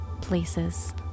places